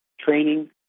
training